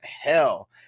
hell